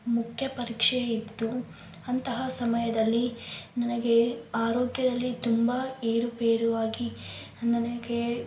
ಮುಖ್ಯ ಪರೀಕ್ಷೆ ಇತ್ತು ಅಂತಹ ಸಮಯದಲ್ಲಿ ನನಗೆ ಆರೋಗ್ಯದಲ್ಲಿ ತುಂಬ ಏರುಪೇರು ಆಗಿ ನನಗೆ